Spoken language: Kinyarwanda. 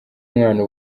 umwana